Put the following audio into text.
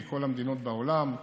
מכל המדינות בעולם,